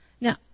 Now